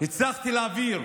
הצלחתי להעביר